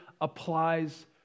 applies